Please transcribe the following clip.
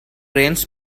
rains